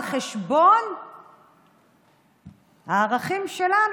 על חשבון הערכים שלנו,